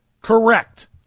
correct